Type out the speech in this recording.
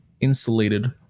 insulated